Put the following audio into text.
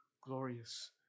glorious